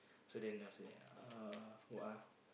so then after that uh who ah